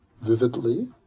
vividly